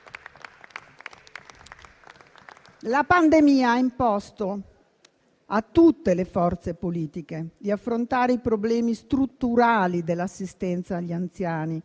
La pandemia ha imposto a tutte le forze politiche di affrontare i problemi strutturali dell'assistenza agli anziani,